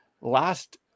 last